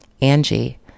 Angie